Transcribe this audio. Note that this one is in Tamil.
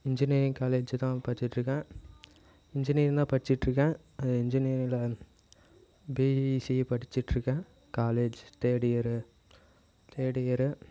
இன்ஜினியரிங் காலேஜு தான் படிச்சிகிட்டுருக்கேன் இன்ஜினியரிங் தான் படிச்சிகிட்டுருக்கேன் அது இன்ஜினியர்ல பிஇசிஇ படிச்சிகிட்டுருக்கேன் college third year third year